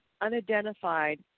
unidentified